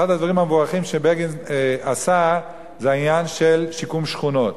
אחד הדברים המבורכים שבגין עשה זה העניין של שיקום שכונות.